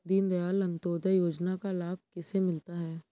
दीनदयाल अंत्योदय योजना का लाभ किसे मिलता है?